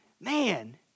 man